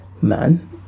man